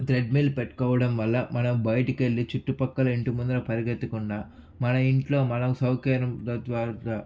treadmill పెట్టుకోవడం వల్ల మనం బయటికెళ్ళి చుట్టుపక్కల ఇంటి ముందర పరిగెత్తకుండా మన ఇంట్లో మనం సౌకర్యం ప్రకారంగా